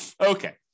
Okay